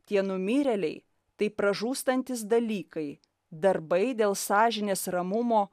tie numirėliai tai pražūstantys dalykai darbai dėl sąžinės ramumo